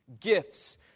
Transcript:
Gifts